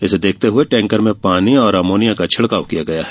इसे देखते हुए टैंकर में पानी एवं अमोनिया का छिड़काव किया गया है